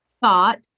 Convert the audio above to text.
thought